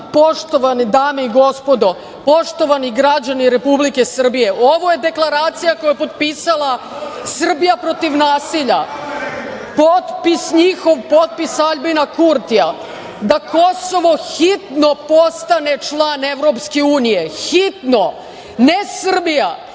poštovane dame i gospodo, poštovani građani Republike Srbije. Ovo je deklaracija koju je potpisala "Srbija protiv nasilja". Potpis njihov, potpis Aljbina Kurtija da Kosovo hitno postane član EU. Hitno. Ne Srbija,